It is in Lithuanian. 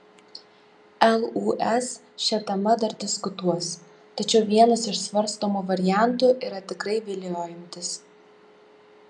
lūs šia tema dar diskutuos tačiau vienas iš svarstomų variantų yra tikrai viliojantis